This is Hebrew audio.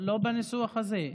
לא בניסוח הזה.